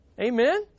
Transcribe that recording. Amen